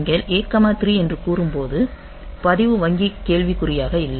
நீங்கள் A 3 என்று கூறும்போது பதிவு வங்கி கேள்விக்குறியாக இல்லை